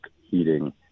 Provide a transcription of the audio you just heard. heating